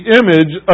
image